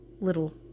little